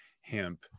hemp